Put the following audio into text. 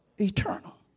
Eternal